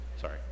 Sorry